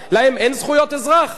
מה עם זכויות האזרח של תושבי אילת, ערד?